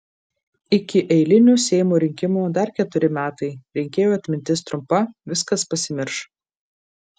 iki eilinių seimo rinkimų dar keturi metai rinkėjų atmintis trumpa viskas pasimirš